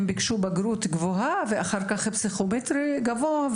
ביקשו בגרות גבוהה ואחר כך פסיכומטרי גבוה.